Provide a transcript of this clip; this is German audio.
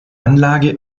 anlage